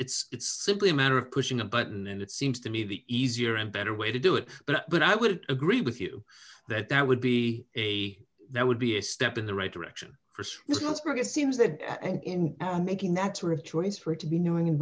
just it's simply a matter of pushing a button and it seems to me the easier and better way to do it but i would agree with you that that would be a that would be a step in the right direction chris let's make it seems that in making that sort of choice for it to be no in